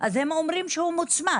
אז הם אומרים שהוא מוצמד.